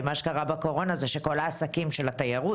הרי מה שקרה בקורונה זה שכל העסקים הקטנים של התיירות,